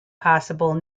possible